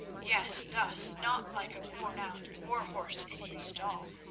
yes thus, not like a worn-out war-horse in his stall.